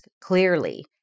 clearly